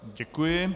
Děkuji.